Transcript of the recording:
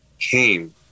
came